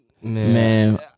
Man